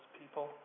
people